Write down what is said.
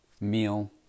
meal